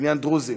בעניין דרוזים.